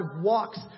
walks